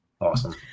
Awesome